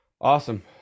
Awesome